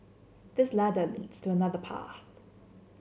this ladder leads to another path